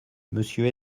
monsieur